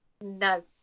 No